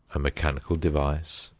a mechanical device,